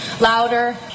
louder